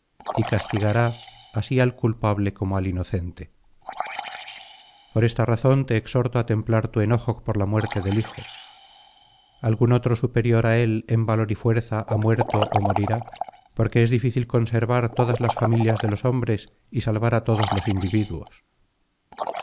y castigará así al culpable como al inocente por esta razón te exhorto á templar tu enojo por la muerte del hijo algún otro superior á él en valor y fuerza ha muerto ó morirá porque es difícil conservar todas las familias de los hombres y salvar á todos los individuos